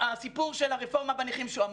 הסיפור של הרפורמה בנכים שהוא אמר,